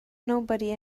nobody